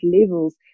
levels